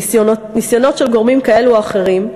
ניסיונות של גורמים כאלה או אחרים,